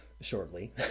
shortly